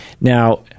Now